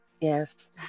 Yes